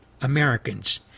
Americans